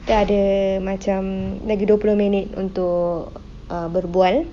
kita ada macam lagi dua puluh minit untuk berbual